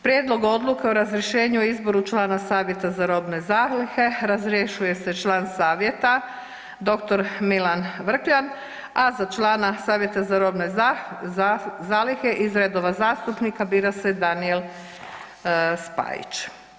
Prijedlog odluke o razrješenju i izboru člana Savjeta za robne zalihe, razrješuje se član savjeta dr. Milan Vrkljan a za člana Savjeta za robne zalihe iz redova zastupnika bira se Danijel Spajić.